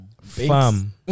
farm